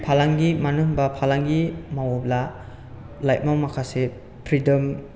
फालांगि मानो होनबा फालांगि मावोब्ला लाइफआव माखासे फ्रिदम